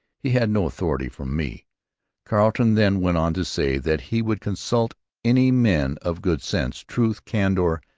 he had no authority from me carleton then went on to say that he would consult any men of good sense, truth, candour,